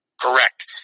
correct